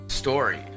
story